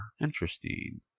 Interesting